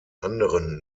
anderen